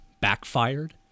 backfired